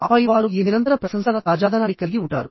ఆపై వారు ఈ నిరంతర ప్రశంసల తాజాదనాన్ని కలిగి ఉంటారు